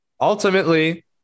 ultimately